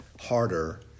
harder